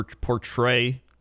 portray